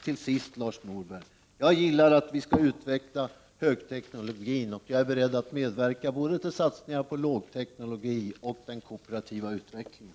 Till sist, Lars Norberg, gillar jag en utveckling av högteknologin, och jag är beredd att medverka till satsningar både på lågteknologin och på den kooperativa utvecklingen.